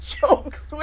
jokes